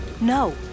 No